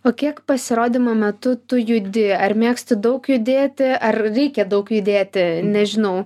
o kiek pasirodymo metu tu judi ar mėgsti daug judėti ar reikia daug judėti nežinau